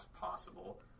possible